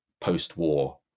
post-war